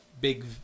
big